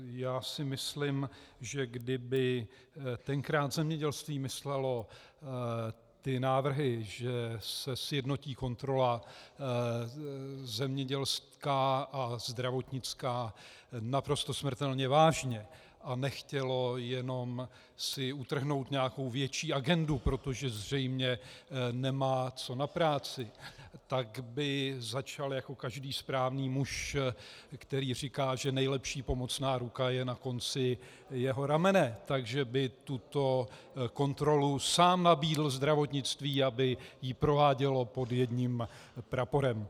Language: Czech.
Já si myslím, že kdyby tenkrát zemědělství myslelo ty návrhy, že se sjednotí kontrola zemědělská a zdravotnická, naprosto smrtelně vážně a nechtělo si jenom utrhnout nějakou větší agendu, protože zřejmě nemá co na práci, tak by začalo jako každý správný muž, který říká, že nejlepší pomocná ruka je na konci jeho ramene, tak že by tuto kontrolu sám nabídl zdravotnictví, aby ji provádělo pod jedním praporem.